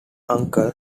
uncle